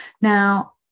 Now